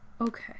Okay